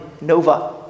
Nova